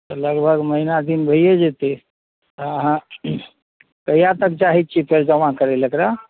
लगभग महीना दिन भइए जेतै तऽ अहाँ कहिया तक चाहैत छियै फेर जमा करै लऽ एकरा